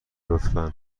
لطفا